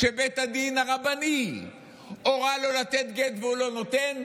כשבית הדין הרבני הורה לו לתת גט והוא לא נותן,